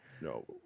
No